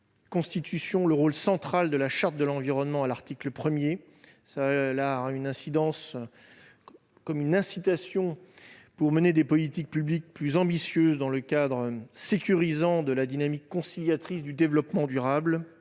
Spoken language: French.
à rappeler le rôle central de la Charte de l'environnement à l'article 1de la Constitution, je le vois comme une incitation à mener des politiques publiques plus ambitieuses dans le cadre sécurisant de la dynamique conciliatrice du développement durable-